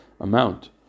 amount